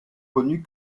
connus